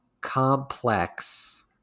complex